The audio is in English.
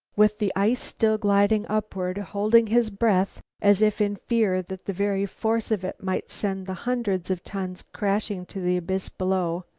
with the ice still gliding upward, holding his breath, as if in fear that the very force of it might send the hundreds of tons crashing to the abyss below.